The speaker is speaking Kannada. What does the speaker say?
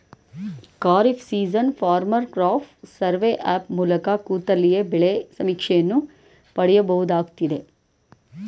kharif season farmer crop survey app ಮೂಲಕ ಕೂತಲ್ಲಿಯೇ ಬೆಳೆ ಸಮೀಕ್ಷೆಯನ್ನು ಪಡಿಬೋದಾಗಯ್ತೆ